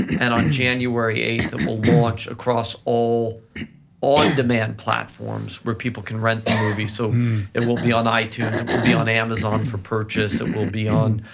and on january eighth, it will launch across all on demand platforms where people can rent the movie, so it will be on itunes, it will be on amazon for purchase, it will be on